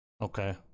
Okay